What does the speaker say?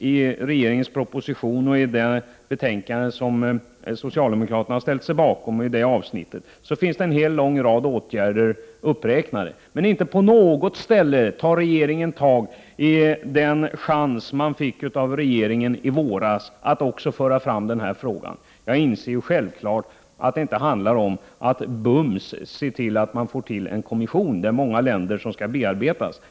I regeringens proposition och det betänkande som socialdemokraterna har ställt sig bakom i det aktuella avsnittet finns en rad åtgärder uppräknade, men inte på något ställe tar regeringen tag i den chans som man fick i våras av riksdagen att också föra fram den här frågan. Jag inser självfallet att det inte handlar om att bums se till att det blir en kommission, för det är ju många länder som skall bearbetas.